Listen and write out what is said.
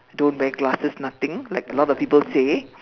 don't wear glasses nothing like a lot of people say